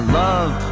love